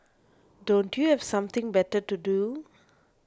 don't you have something better to do